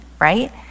right